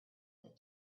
that